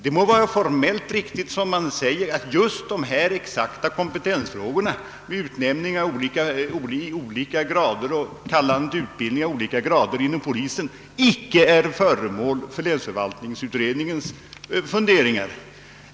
Det må vara formellt riktigt att — som man säger — just dessa frågor angående utnämningar i olika grader och kallandet till utbildning av olika befattningshavare inom polisen icke är föremål för länsförvaltningsutredningens funderingar.